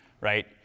right